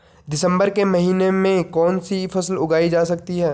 दिसम्बर के महीने में कौन सी फसल उगाई जा सकती है?